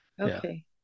Okay